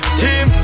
team